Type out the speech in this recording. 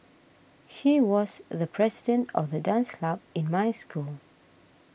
he was the president of the dance club in my school